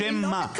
בשם מה?